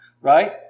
Right